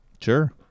Sure